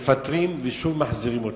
מפטרים ושוב מחזירים אותם.